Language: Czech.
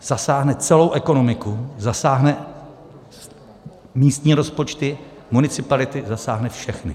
Zasáhne celou ekonomiku, zasáhne místní rozpočty, municipality, zasáhne všechny.